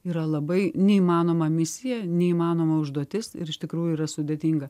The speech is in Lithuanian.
yra labai neįmanoma misija neįmanoma užduotis ir iš tikrųjų yra sudėtinga